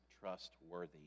trustworthy